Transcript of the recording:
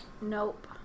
Nope